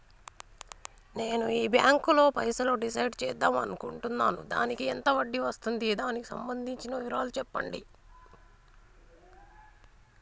నేను ఈ బ్యాంకులో పైసలు డిసైడ్ చేద్దాం అనుకుంటున్నాను దానికి ఎంత వడ్డీ వస్తుంది దానికి సంబంధించిన వివరాలు చెప్పండి?